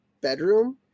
bedroom